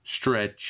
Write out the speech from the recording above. stretch